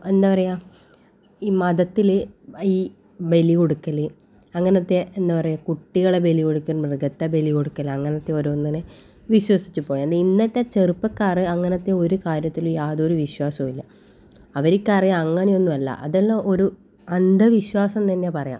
എന്താ പറയാ ഈ മതത്തിൽ ഈ ബലി കൊടുക്കൽ അങ്ങനത്തെ എന്താ പറയാ കുട്ടികളെ ബലി കൊടുക്കൽ മൃഗത്തെ ബലി കൊടുക്കൽ അങ്ങനത്തെ ഓരോന്നിനെ വിശ്വസിച്ച് പോയ ഇന്നത്തെ ചെറുപ്പക്കാർ അങ്ങനത്തെ ഒരു കാര്യത്തിലും യാതൊരു വിശ്വാസവും ഇല്ല അവരിക്കറിയാം അങ്ങനെ ഒന്നും അല്ല അതെല്ലാം ഒരു അന്ധവിശ്വാസന്നന്നെ പറയാം